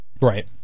right